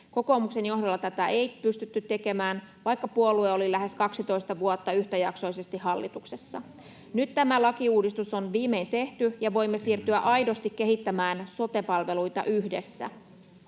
Kokoomuksen johdolla tätä ei pystytty tekemään, vaikka puolue oli lähes 12 vuotta yhtäjaksoisesti hallituksessa. [Paula Risikon välihuuto] Nyt tämä lakiuudistus on viimein tehty ja voimme siirtyä aidosti kehittämään sote-palveluita yhdessä.